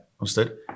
understood